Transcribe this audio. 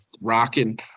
rocking